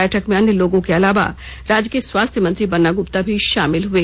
बैठक में अन्य लोगों के अलावा राज्य के स्वास्थ्य मंत्री बन्ना गुप्ता भी शामिल हुए